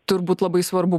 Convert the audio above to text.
turbūt labai svarbu